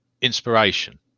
inspiration